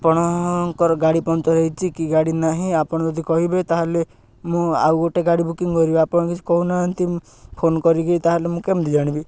ଆପଣଙ୍କର ଗାଡ଼ି ପଙ୍କଚର୍ ହେଇଛି କି ଗାଡ଼ି ନାହିଁ ଆପଣ ଯଦି କହିବେ ତା'ହେଲେ ମୁଁ ଆଉ ଗୋଟେ ଗାଡ଼ି ବୁକିଙ୍ଗ କରିବି ଆପଣ କିଛି କହୁନାହାନ୍ତି ଫୋନ କରିକି ତା'ହେଲେ ମୁଁ କେମିତି ଜାଣିବି